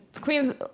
Queens